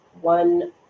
one